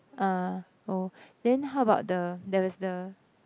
uh oh then how about the there is the